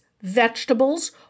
vegetables